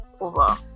over